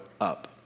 Up